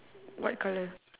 what colour